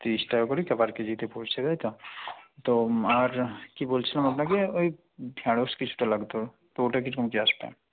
তিরিশ টাকা করেই তো পার কেজিতে পড়ছে তাই তো তো আর কি বলছিলাম আপনাকে ওই ঢ্যাঁড়শ কিছুটা লাগতো তো ওইটা কি রকম কি আসবে